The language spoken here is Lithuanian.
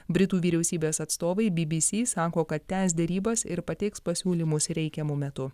britų vyriausybės atstovai bbc sako kad tęs derybas ir pateiks pasiūlymus reikiamu metu